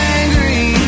angry